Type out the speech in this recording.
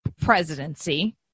presidency